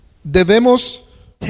Debemos